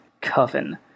Coven